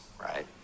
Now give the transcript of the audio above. right